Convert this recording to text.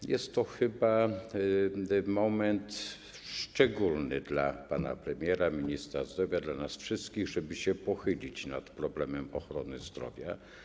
To jest chyba moment szczególny dla pana premiera, ministra zdrowia, dla nas wszystkich, żeby się pochylić nad problemem ochrony zdrowia.